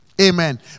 Amen